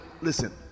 listen